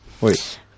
Wait